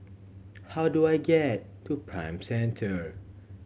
how do I get to Prime Centre